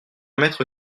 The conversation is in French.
mètre